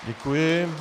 Děkuji.